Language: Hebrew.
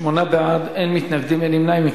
שמונה בעד, אין מתנגדים, אין נמנעים.